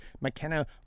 McKenna